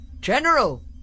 General